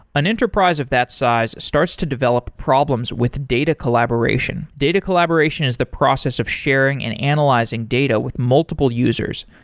an enterprise of that size starts to develop problems with data collaboration. data collaboration is the process of sharing and analyzing data with multiple users,